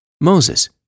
Moses